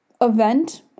event